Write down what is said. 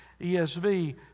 ESV